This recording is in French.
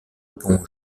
pont